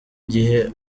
gihe